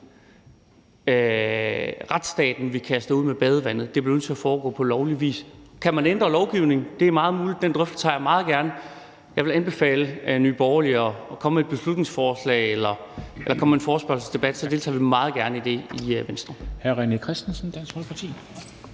retsstaten, ud med badevandet – det bliver nødt til at foregå på lovlig vis. Kan man ændre lovgivningen? Det er meget muligt, og den drøftelse tager jeg meget gerne. Jeg vil anbefale Nye Borgerlige at komme med et beslutningsforslag eller med en forespørgselsdebat, for så deltager vi meget gerne i det i Venstre.